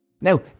Now